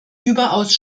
überaus